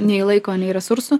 nei laiko nei resursų